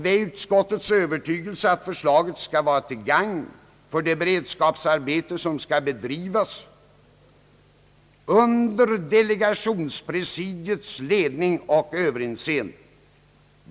Det är utskottets övertygelse att förslaget skall vara till gagn för det beredskapsarbete som skall bedrivas under delegationspresidiets ledning och överinseende.